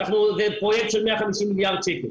זה פרויקט של 150 מיליארד שקלים.